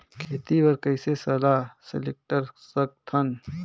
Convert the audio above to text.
खेती बर कइसे सलाह सिलेंडर सकथन?